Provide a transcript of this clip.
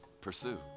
Pursue